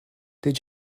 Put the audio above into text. did